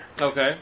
Okay